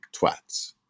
twats